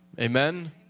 Amen